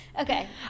Okay